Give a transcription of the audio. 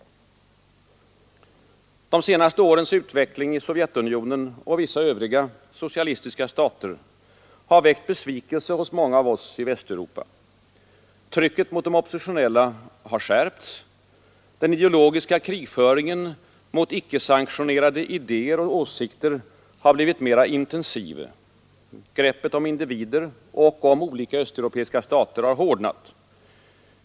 De senaste årens utveckling i Sovjetunionen och vissa övriga socialistiska stater har väckt besvikelse hos många av oss i Västeuropa. Trycket mot de oppositionella har skärpts. Den ideologiska ”krigföringen” mot icke-sanktionerade idéer och åsikter har blivit mera intensiv. Greppet om individer och om olika östeuropeiska stater har hårdnat.